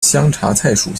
香茶菜属